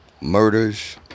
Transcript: murders